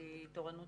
שהיא תורנות